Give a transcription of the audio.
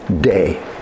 day